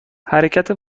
حرکت